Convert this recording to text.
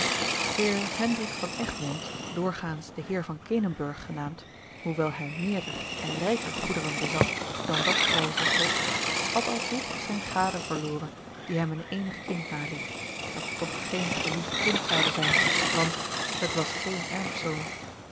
heer hendrik van egmond doorgaans de heer van kenenburg genaamd hoewel hij meerder en rijker goederen bezat dan dat grijze slot had al vroeg zijne gade verloren die hem a l g bosboom-toussaint de delftsche wonderdokter eel een eenig kind naliet dat toch geen geliefd kind zoude zijn want het was geen erfzoon